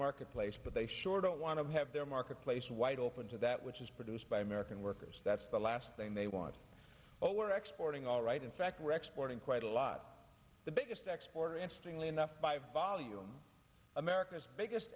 marketplace but they sure don't want to have their marketplace wide open to that which is produced by american workers that's the last thing they want but we're exporting all right in fact we're exporting quite a lot the biggest export interesting enough by volume america's biggest